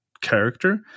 character